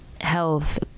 health